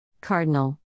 Cardinal